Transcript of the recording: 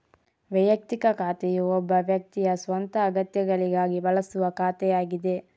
ವೈಯಕ್ತಿಕ ಖಾತೆಯು ಒಬ್ಬ ವ್ಯಕ್ತಿಯ ಸ್ವಂತ ಅಗತ್ಯಗಳಿಗಾಗಿ ಬಳಸುವ ಖಾತೆಯಾಗಿದೆ